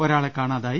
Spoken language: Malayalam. ഒരാളെ കാണാതായി